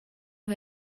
who